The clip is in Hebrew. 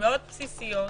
מאוד בסיסיות